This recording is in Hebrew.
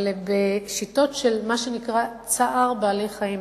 אבל בשיטות של מה שנקרא צער בעלי-חיים.